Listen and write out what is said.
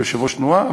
כיושב-ראש תנועה,